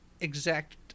exact